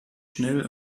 schnell